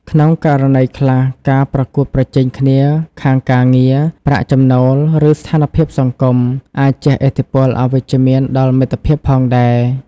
ក្នុងករណីខ្លះ ការប្រកួតប្រជែងគ្នាខាងការងារ ប្រាក់ចំណូល ឬស្ថានភាពសង្គម អាចជះឥទ្ធិពលអវិជ្ជមានដល់មិត្តភាពផងដែរ ។